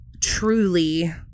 truly